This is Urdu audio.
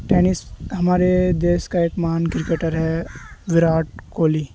ٹینس ہمارے دیش کا ایک مہان کرکٹر ہے وراٹ کوہلی